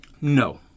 No